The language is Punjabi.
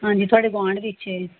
ਹਾਂਜੀ ਤੁਹਾਡੇ ਗੁਆਂਢ ਵਿੱਚ ਏ